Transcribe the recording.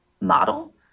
model